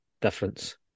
difference